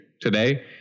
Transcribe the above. today